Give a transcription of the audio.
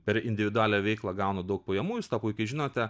per individualią veiklą gaunu daug pajamų jūs tą puikiai žinote